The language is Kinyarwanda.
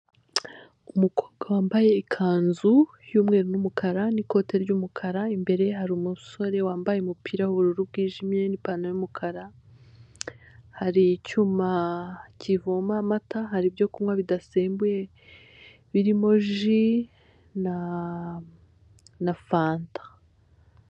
Umukobwa wambaye ikanzu y'umweru n'umukara, n'ikote ry'umukara; imbere ye hari umusore wambaye umupira w'ubururu bwijimye n'ipantaro y'umukara. Hari icyuma kivoma amata, hari ibyo kunywa bidasembuye birimo ji na fanta.